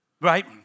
right